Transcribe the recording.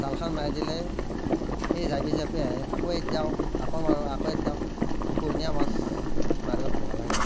জালখন মাৰি দিলে সেই জাপে জাপে আহে আকৌ এৰি দিওঁ আকৌ মাৰোঁ আকৌ এৰি দিওঁ পোহনীয়া মাছ মাৰিব ভাল নালাগে